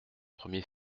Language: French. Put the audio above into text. premier